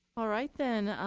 all right then,